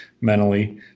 mentally